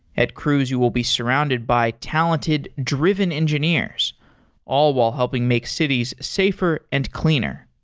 at cruise you will be surrounded by talented, driven engineers all while helping make cities safer and cleaner.